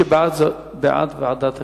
מי שבעד, בעד ועדת הכספים.